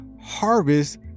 harvest